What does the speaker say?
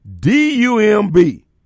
D-U-M-B